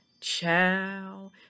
Ciao